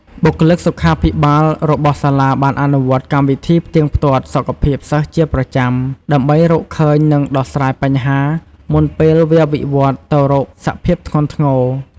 បុគ្គលិកសុខាភិបាលរបស់សាលាបានអនុវត្តកម្មវិធីផ្ទៀងផ្ទាត់សុខភាពសិស្សជាប្រចាំ ដើម្បីរកឃើញ និងដោះស្រាយបញ្ហា មុនពេលវាវិវត្តន៍ទៅរកសភាពធ្ងន់ធ្ងរ។